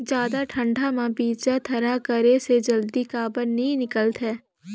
जादा ठंडा म बीजा थरहा करे से जल्दी काबर नी निकलथे?